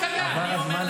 אתה לא קיים לגביי.